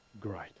great